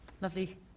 lovely